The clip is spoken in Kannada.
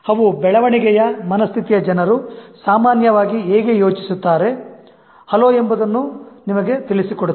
ಅವು ಬೆಳವಣಿಗೆಯ ಮನಸ್ಥಿತಿಯ ಜನರು ಸಾಮಾನ್ಯವಾಗಿ ಹೇಗೆ ಯೋಚಿಸುತ್ತಾರೆ ಹಲೋ ಎಂಬುದನ್ನು ನಿಮಗೆ ತಿಳಿಸಿಕೊಡುತ್ತದೆ